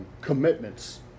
commitments